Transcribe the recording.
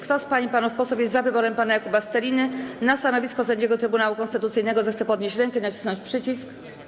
Kto z pań i panów posłów jest za wyborem pana Jakuba Steliny na stanowisko sędziego Trybunału Konstytucyjnego, zechce podnieść rękę i nacisnąć przycisk.